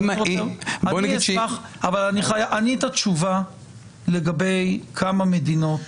אני אשמח, אני את התשובה לגבי כמה מדינות